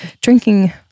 drinking